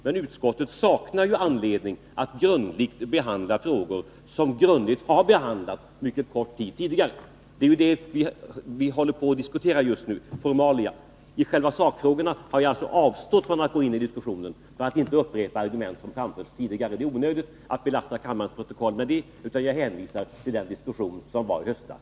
Men utskottet saknar ju anledning att grundligt behandla frågor som grundligt har behandlats mycket kort tid dessförinnan. I själva sakfrågan har jag avstått från att gå in i diskussionen, för att inte upprepa argument som framförts tidigare. Det är onödigt att belasta kammarens protokoll med det, så jag hänvisar till den diskussion som var i höstas.